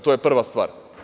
To je prva stvar.